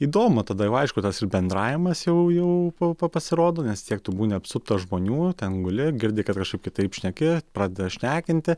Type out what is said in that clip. įdomu tada jau aišku tas bendravimas jau jau pa pasirodo nes tiek tu būni apsuptas žmonių ten guli girdi kad kažkaip kitaip šneki pradeda šnekinti